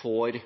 får